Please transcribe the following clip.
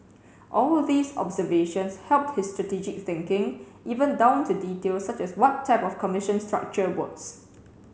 all these observations helped his strategic thinking even down to details such as what type of commission structure works